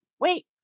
wait